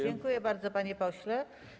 Dziękuję bardzo, panie pośle.